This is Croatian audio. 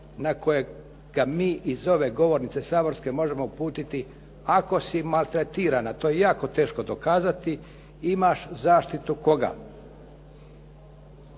na kojega mi iz ove govornice saborske možemo uputiti ako si maltretiran, a to je jako teško dokazati. Imaš zaštitu koga?